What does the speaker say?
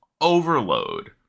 overload